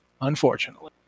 unfortunately